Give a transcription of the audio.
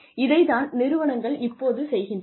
இதைத்தான் நிறுவனங்கள் இப்போது செய்கின்றன